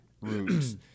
roots